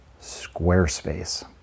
Squarespace